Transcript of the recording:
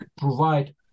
provide